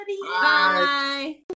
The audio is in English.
bye